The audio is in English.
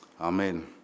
Amen